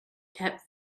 kept